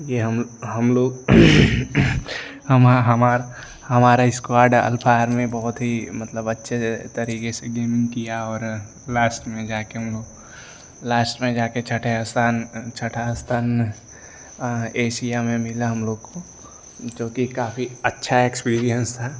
कि हम हम लोग हमा हमार हमारा इस्क्वाड अल्फा आर्मी बहुत ही मतलब अच्छे तरीके से गेमिंग किया और लास्ट में जा कर हम लोग लास्ट में जा कर छठे स्थान छठा स्थान एशिया में मिला हम लोग को जो कि काफ़ी अच्छा एक्सपीरिएन्स था